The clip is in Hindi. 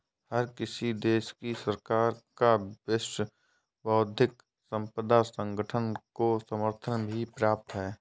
हर किसी देश की सरकार का विश्व बौद्धिक संपदा संगठन को समर्थन भी प्राप्त है